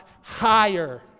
higher